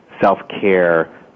self-care